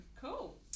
Cool